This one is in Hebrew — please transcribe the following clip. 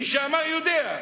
מי שאמר יודע.